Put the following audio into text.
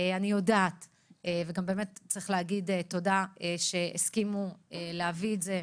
באמת צריך להגיד תודה שהסכימו להביא את זה,